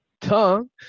tongue